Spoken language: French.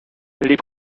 les